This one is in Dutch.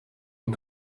een